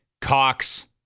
Cox